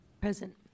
Present